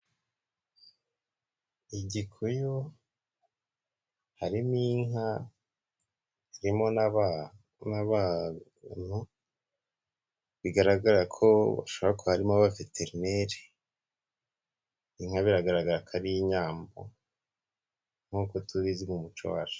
Igikuyu harimo inka haririmo n'abantu bigaragara ko hashabora kuba harimo abavetereneri inka biragaragara aka ari inyambo nk'uko tubizi mu muco wacu.